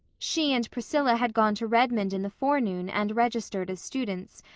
she and priscilla had gone to redmond in the forenoon and registered as students,